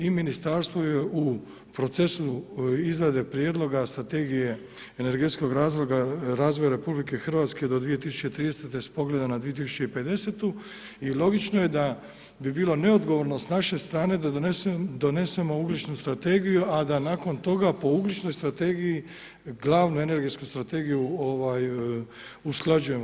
I Ministarstvo ju je u procesu izrade Prijedlog strategije energetskog razvoja RH do 2030. s pogledom na 2050. i logično je da bi bilo neodgovorno s naše strane da donesemo ugljičnu strategiju, a da nakon toga po ugljičnoj strategiji glavnu energetsku strategiju usklađujemo.